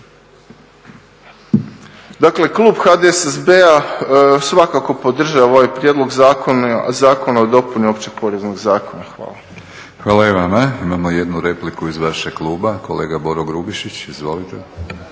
Dakle, klub HDSSB-a svakako podržava ovaj prijedlog zakona o dopuni Općeg poreznog zakona. Hvala. **Batinić, Milorad (HNS)** Hvala i vama. Imamo jednu repliku, iz vašeg kluba. Kolega Boro Grubišić, izvolite.